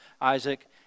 Isaac